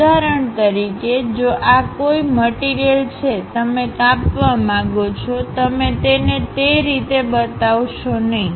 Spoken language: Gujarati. ઉદાહરણ તરીકે જો આ કોઇ મટીરીયલ છેતમે કાપવા માંગો છો તમે તેને તે રીતે બતાવશો નહીં